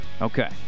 Okay